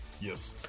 Yes